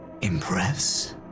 Impress